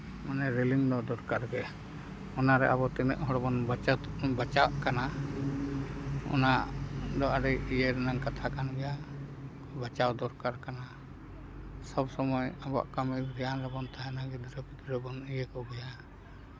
ᱢᱟᱱᱮ ᱨᱮᱞᱚᱝ ᱫᱚ ᱫᱚᱨᱠᱟᱨ ᱜᱮ ᱛᱤᱱᱟᱹᱜ ᱦᱚᱲ ᱵᱚᱱ ᱵᱟᱪᱟᱜ ᱠᱟᱱᱟ ᱚᱱᱟ ᱫᱚ ᱟᱹᱰᱤ ᱤᱭᱟᱹ ᱨᱮᱱᱟᱜ ᱠᱟᱛᱷᱟ ᱠᱱ ᱜᱮᱭᱟ ᱵᱟᱪᱟᱣ ᱫᱚᱫᱚᱨᱠᱟᱨ ᱠᱟᱱ ᱜᱮᱭᱟ ᱥᱚᱵ ᱥᱚᱢᱚᱭ ᱫᱷᱮᱭᱟᱱ ᱫᱚ ᱵᱟᱝ ᱛᱟᱦᱮᱱᱟ ᱜᱤᱫᱽᱨᱟᱹ ᱯᱤᱫᱽᱨᱟᱹ ᱵᱚᱱ ᱤᱭᱟᱹ ᱠᱚᱜᱮᱭᱟ